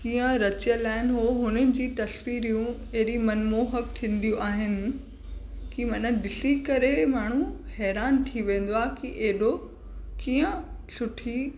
कीअं रचियल आहिनि उहो हुननि जूं तस्वीरियूं एॾियूं मनमोहक थीदियूं आहिनि कि मन ॾिसी करे माण्हू हैरान थी वेंदो आहे की एॾो कीअं सुठी